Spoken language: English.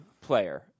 player